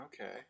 Okay